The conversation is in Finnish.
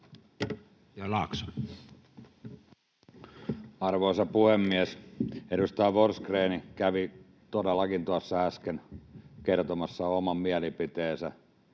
Content: Arvoisa puhemies! Edustaja Forsgrén kävi todellakin tuossa äsken kertomassa oman mielipiteensä,